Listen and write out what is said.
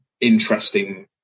interesting